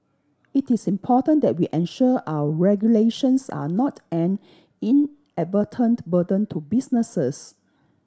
it is important that we ensure our regulations are not an inadvertent burden to businesses